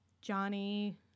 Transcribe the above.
Johnny